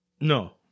No